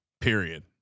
period